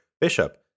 Bishop